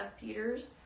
Peter's